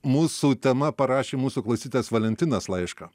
mūsų tema parašė mūsų klausytojas valentinas laišką